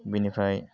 बिनिफ्राय